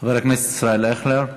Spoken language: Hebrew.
חבר הכנסת ישראל אייכלר,